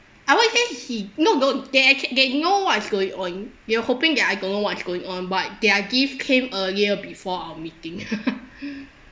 I won't say he no don't they ac~ they know what is going on they are hoping that I don't know what is going on but their gift came earlier before our meeting